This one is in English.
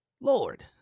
Lord